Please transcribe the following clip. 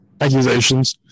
accusations